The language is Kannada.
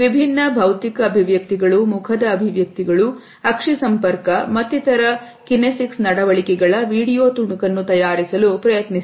ವಿಭಿನ್ನ ಭೌತಿಕ ಅಭಿವ್ಯಕ್ತಿಗಳು ಮುಖದ ಅಭಿವ್ಯಕ್ತಿಗಳು ಅಕ್ಷಿ ಸಂಪರ್ಕ ಮತ್ತಿತರ ಕಿನೆಸಿಕ್ಸ್ ನಡವಳಿಕೆಗಳ ವಿಡಿಯೋ ತುಣುಕನ್ನು ತಯಾರಿಸಲು ಪ್ರಯತ್ನಿಸಿದರು